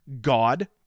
God